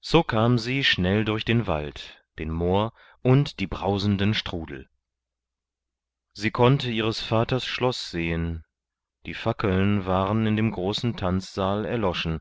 so kam sie schnell durch den wald den moor und die brausenden strudel sie konnte ihres vaters schloß sehen die fackeln waren in dem großen tanzsaal erloschen